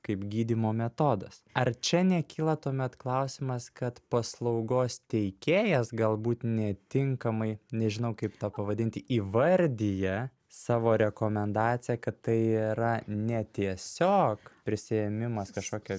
kaip gydymo metodas ar čia nekyla tuomet klausimas kad paslaugos teikėjas galbūt netinkamai nežinau kaip tą pavadinti įvardija savo rekomendaciją kad tai yra ne tiesiog prisiėmimas kažkokio